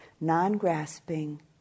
non-grasping